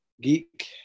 geek